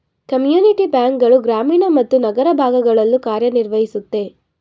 community bank ಗಳು ಗ್ರಾಮೀಣ ಮತ್ತು ನಗರ ಭಾಗಗಳಲ್ಲೂ ಕಾರ್ಯನಿರ್ವಹಿಸುತ್ತೆ